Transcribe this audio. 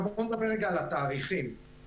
היה לנו תהליך כזה